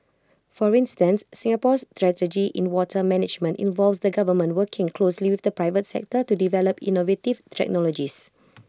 for instance Singapore's strategy in water management involves the government working closely with the private sector to develop innovative check knowledges